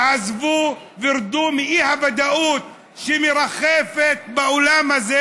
עזבו ורדו מהאי-ודאות שמרחפת באולם הזה